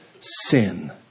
sin